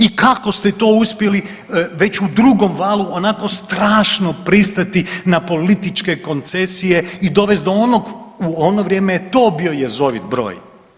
I kako ste to uspjeli već u drugom valu onako strašno pristati na političke koncesije i dovest u ono vrijeme je to bio jezovit broj.